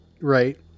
Right